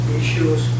issues